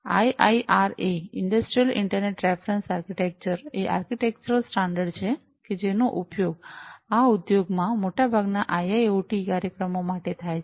IIRA - industrial internet reference architecture એ architectural standard છે કે જેનો ઉપયોગ આ ઉદ્યોગોમાં મોટાભાગના આઈઆઈઑટી કાર્યક્રમો માટે થાય છે